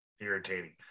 irritating